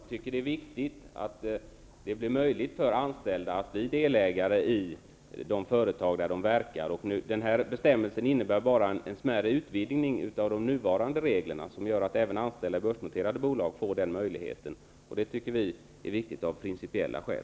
Herr talman! Jag vill upprepa att jag tycker att det är viktigt att det blir möjligt för anställda att bli delägare i de företag där de verkar. Den här bestämmelsen innebär bara en smärre utvidgning av de nuvarande reglerna, som gör att även anställda i börsnoterade bolag får den möjligheten. Det tycker vi är viktigt av principiella skäl.